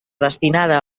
destinada